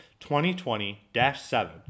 2020-7